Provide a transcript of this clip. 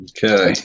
Okay